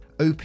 OP